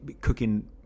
cooking